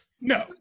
No